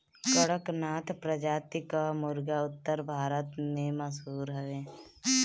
कड़कनाथ प्रजाति कअ मुर्गा उत्तर भारत में मशहूर हवे